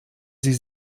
sie